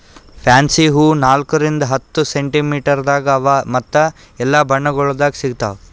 fancy ಹೂವು ನಾಲ್ಕು ರಿಂದ್ ಹತ್ತು ಸೆಂಟಿಮೀಟರದಾಗ್ ಅವಾ ಮತ್ತ ಎಲ್ಲಾ ಬಣ್ಣಗೊಳ್ದಾಗ್ ಸಿಗತಾವ್